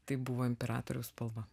tai buvo imperatoriaus spalva